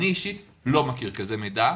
אני אישית לא מכיר כזה מידע.